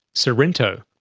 sorrento,